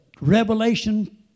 revelation